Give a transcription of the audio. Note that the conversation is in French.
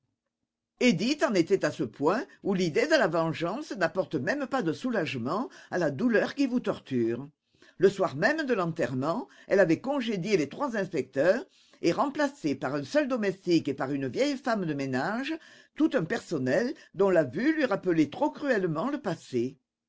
édith en était à ce point où l'idée de la vengeance n'apporte même pas de soulagement à la douleur qui vous torture le soir même de l'enterrement elle avait congédié les trois inspecteurs et remplacé par un seul domestique et par une vieille femme de ménage tout un personnel dont la vue lui rappelait trop cruellement le passé